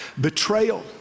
betrayal